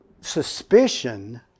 suspicion